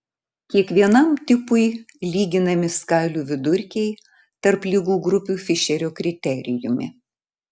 kiekvienam tipui lyginami skalių vidurkiai tarp ligų grupių fišerio kriterijumi